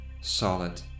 Solid